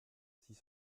six